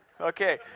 Okay